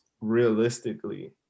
realistically